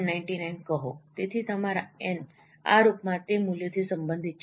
99 કહો તેથી તમારા એન આ રૂપમાં તે મૂલ્યથી સંબંધિત છે